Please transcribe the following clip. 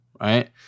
right